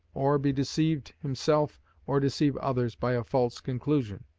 or be deceived himself or deceive others by a false conclusion.